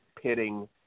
pitting